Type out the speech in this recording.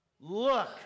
Look